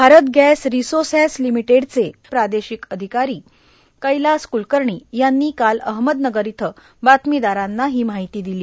Bharat gas resources लिमिटेडचे प्रादेशिक अधिकारी कैलास क्लकर्णी यांनी काल अहमदनगर इथं बातमीदारांना ही माहिती दिली